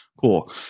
Cool